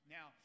Now